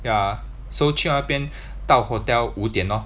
ya so 去到那边到 hotel 五点 lor